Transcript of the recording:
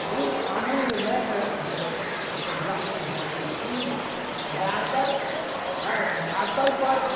बहुत आनन्दमयमे हम सभ अपन ग्रामीण बितबै छी धरातल हँ धरातल पर